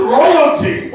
royalty